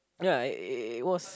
ya it it it was